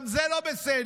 גם זה לא בסדר,